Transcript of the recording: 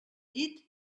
llit